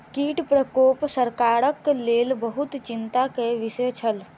कीट प्रकोप सरकारक लेल बहुत चिंता के विषय छल